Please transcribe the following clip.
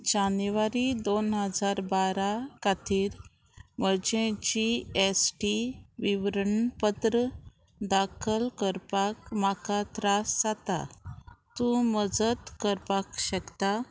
जानेवारी दोन हजार बारा खातीर म्हजें जी एस टी विवरणपत्र दाखल करपाक म्हाका त्रास जाता तूं मजत करपाक शकता